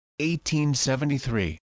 1873